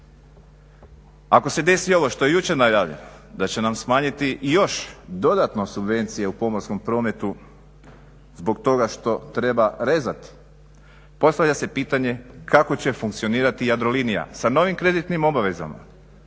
Ako se desi ovo što je jučer najavljeno da će nam smanjiti još dodatno subvencije u pomorskom prometu zbog toga što treba rezati, postavlja se pitanje kako će funkcionirati Jadrolinija sa novim kreditnim obavezama,